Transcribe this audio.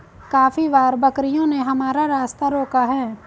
काफी बार बकरियों ने हमारा रास्ता रोका है